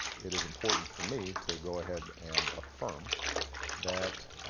it is important for me to go ahead and affirm that,